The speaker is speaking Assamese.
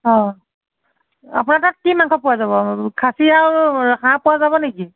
অ' আপোনাৰ তাত কি মাংস পোৱা যাব খাচী আৰু হাঁহ পোৱা যাব নেকি